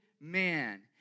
man